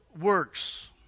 works